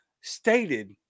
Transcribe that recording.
stated